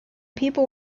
people